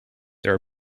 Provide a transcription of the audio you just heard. there